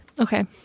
Okay